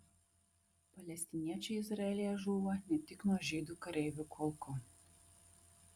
palestiniečiai izraelyje žūva ne tik nuo žydų kareivių kulkų